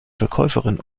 verkäuferin